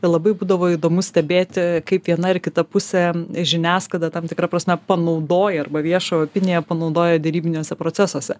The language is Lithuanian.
labai būdavo įdomu stebėti kaip viena ir kita pusė žiniasklaida tam tikra prasme panaudoja arba viešą opiniją panaudoja derybiniuose procesuose